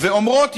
ואומרות,